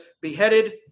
beheaded